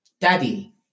Daddy